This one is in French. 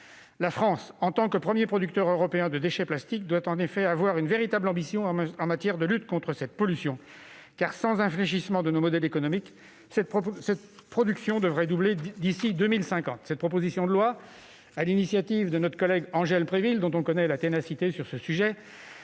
plastique. En tant que premier producteur européen de déchets de plastique, la France doit en effet avoir une véritable ambition en matière de lutte contre cette pollution. Sans infléchissement de nos modèles économiques, cette production devrait doubler d'ici à 2050. La présente proposition de loi, présentée par notre collègue Angèle Préville, dont on connaît la ténacité sur ce sujet,